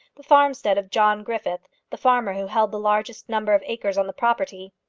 the farmstead of john griffith, the farmer who held the largest number of acres on the property.